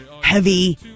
heavy